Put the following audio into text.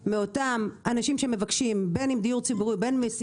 אמרתי לך: "מה נעשה".